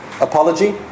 apology